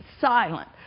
silent